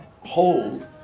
hold